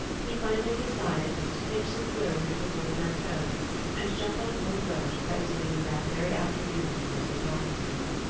he finally decided was to pitch some clothes into a portmanteau and jump on board a boat that was leaving that very afternoon for st. augustine.